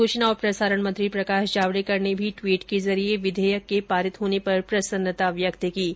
सूचना और प्रसारण मंत्री प्रकाश जावडेकर ने भी द्वीट के जरिये विधेयक के पारित होने पर प्रसन्नता व्यक्त की है